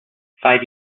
five